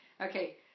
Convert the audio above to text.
Okay